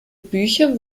bücher